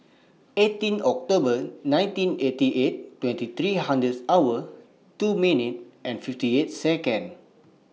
eighteen October nineteen eighty eight twenty three hours two fifty minute eight Second